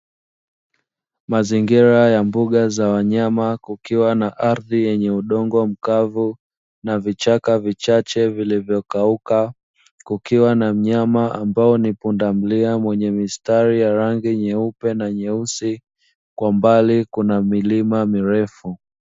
Mazingira ya mbuga za wanyama, kukiwa na ardhi yenye udongo mkavu na vichaka vichache vilivyokauka; kukiwa na mnyama ambaye ni pundamilia mwenye mistari ya rangi nyeupe na nyeusi, kwa mbali kuna milima mirefu.